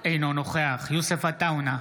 אינו נוכח יוסף עטאונה,